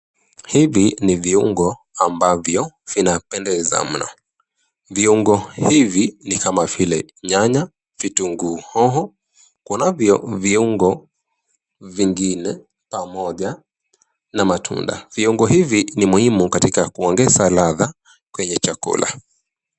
Hivi ni viungo ambavyo vinapendeza mno. Viungo hivi ni kama vile nyanya, vitungu, hoho. Kunavyo viungo vingine pamoja na matunda. Viungo hivi ni muhimu katika kuonge ladha kweye chakula.